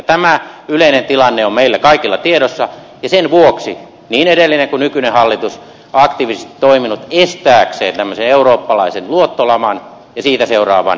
tämä yleinen tilanne on meillä kaikilla tiedossa ja sen vuoksi niin edellinen kuin nykyinen hallitus on aktiivisesti toiminut estääkseen eurooppalaisen luottolaman ja siitä seuraavan jättityöttömyyden